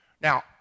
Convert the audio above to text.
Now